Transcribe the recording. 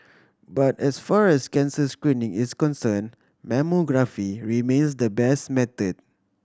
but as far as cancer screening is concern mammography remains the best method